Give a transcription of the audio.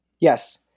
Yes